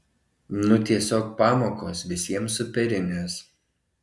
nu tiesiog pamokos visiems superinės